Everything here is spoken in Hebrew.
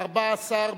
רבותי השרים,